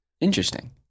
Interesting